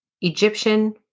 Egyptian